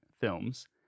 films